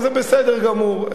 אבל זה בסדר גמור.